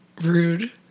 Rude